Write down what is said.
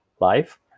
life